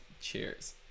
Cheers